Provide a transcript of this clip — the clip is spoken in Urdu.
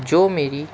جو میری